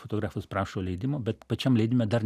fotografas prašo leidimo bet pačiam leidime dar